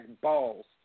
balls